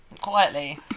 quietly